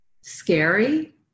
scary